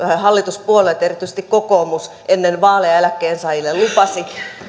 hallituspuolueet erityisesti kokoomus ennen vaaleja eläkkeensaajille lupasivat